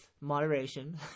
Moderation